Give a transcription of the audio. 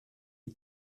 hay